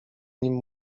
nim